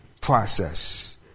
process